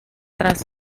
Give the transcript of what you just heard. tras